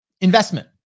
investment